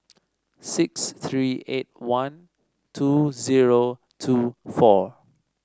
six three eight one two zero two four